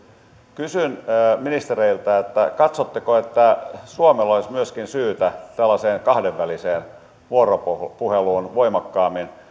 kysyn ministereiltä katsotteko että suomella olisi myöskin syytä tällaiseen kahdenväliseen vuoropuheluun voimakkaammin